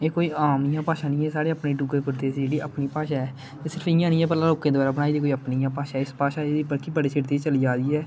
जे कोई आम जेही भाषा नेई ऐ साडे अपने डोगर प्रदेश दी जेहडी अपनी भाषा ऐ ओह् सिर्फ इयां नेई ऐ लोके द्बारा बनाई दी भाषा नेई ऐ भाषै बल्के बड़ी चिर दी चल्ली आर दी ऐ